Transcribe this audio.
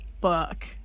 fuck